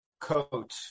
Coach